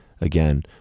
again